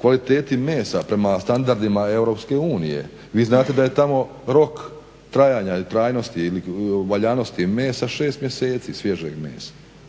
kvaliteti mesa prema standardima Europske unije. Vi znate da je tamo rok trajanja, valjanosti mesa 6 mjeseci, svježeg mesa.